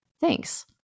Thanks